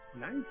Nice